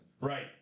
right